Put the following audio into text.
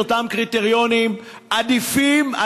עם אותם קריטריונים עדיפים,